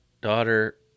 daughter